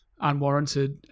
unwarranted